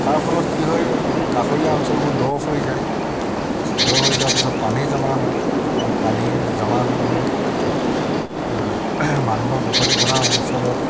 তাৰ ফলত কি হয় কাষৰীয়া অঞ্চলবোৰ দ হৈ যায় দ হৈ যোৱাৰ পিছত পানী জমা হয় পানী জমা হৈ হৈ মানুহৰ বসতি প্ৰধান অঞ্চলত